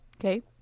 Okay